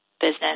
business